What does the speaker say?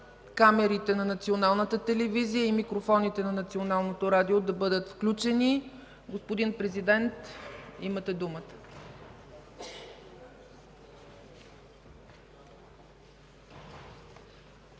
камерите на Националната телевизия и микрофоните на Националното радио да бъдат включени. Господин Президент, имате думата.